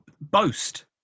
boast